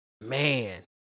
man